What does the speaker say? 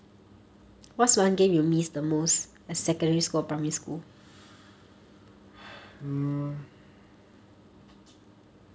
hmm